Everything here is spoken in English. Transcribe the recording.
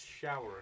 shower